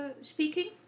speaking